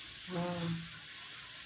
uh